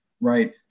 right